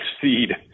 seed